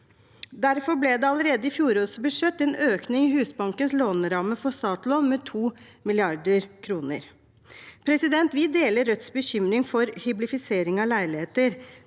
Derfor ble det allerede i fjorårets budsjett en økning i Husbankens låneramme for startlån med 2 mrd. kr. Vi deler Rødts bekymring for hyblifisering av leiligheter.